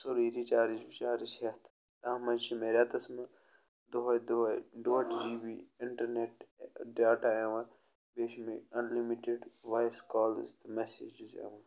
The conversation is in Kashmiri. سورُے رِچارٕج وِچارٕج ہٮ۪تھ تَتھ منٛز چھِ مےٚ رٮ۪تَس منٛز دۄہَے دۄہَے ڈۄڈ جی بی اِنٹرنٮ۪ٹ ڈاٹا یِوان بیٚیہِ چھِ مےٚ unlimited voice calls messages یِوان